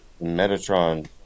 Metatron